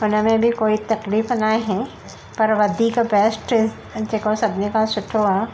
हुनमें बि कोई तकलीफ़ नाहे पर वधीक बेस्ट जेको सभिनी खां सुठो आहे